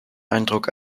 eindruck